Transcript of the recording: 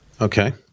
Okay